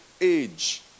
age